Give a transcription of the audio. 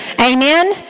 Amen